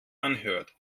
anhört